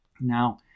Now